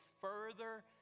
further